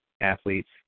athletes